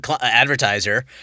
Advertiser